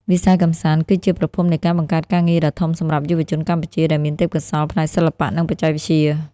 វិស័យកម្សាន្តគឺជាប្រភពនៃការបង្កើតការងារដ៏ធំសម្រាប់យុវជនកម្ពុជា ដែលមានទេពកោសល្យផ្នែកសិល្បៈ និងបច្ចេកវិទ្យា។